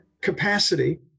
capacity